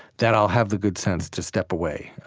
that i'll have the good sense to step away,